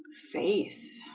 faith